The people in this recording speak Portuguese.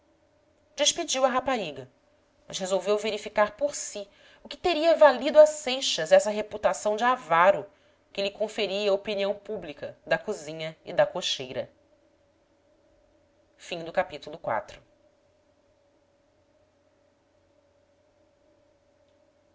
cria dagem despediu a rapariga mas resolveu verificar por si o que teria valido a seixas essa reputação de avaro que lhe conferia a opinião pública da cozinha e da cocheira no